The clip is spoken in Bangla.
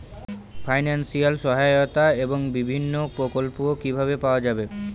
ফাইনান্সিয়াল সহায়তা এবং বিভিন্ন প্রকল্প কিভাবে পাওয়া যাবে?